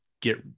get